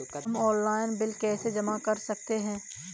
हम online bill कैसे जमा कर सकते हैं?